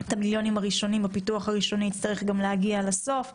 של מחקר ופיתוח מחוץ לארץ לכאן לקהילה המדעית והרפואית במדינת